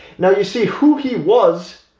now you see who he was,